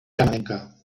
canadenca